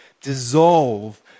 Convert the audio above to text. dissolve